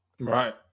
Right